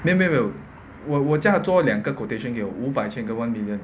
没有没有我我叫她做两个 quotation 给我五百千跟 one million